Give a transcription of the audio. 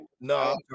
No